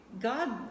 God